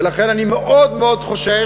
ולכן אני מאוד חושש,